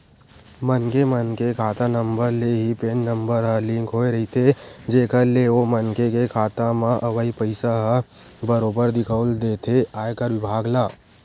मनखे मन के खाता नंबर ले ही पेन नंबर ह लिंक होय रहिथे जेखर ले ओ मनखे के खाता म अवई पइसा ह बरोबर दिखउल देथे आयकर बिभाग ल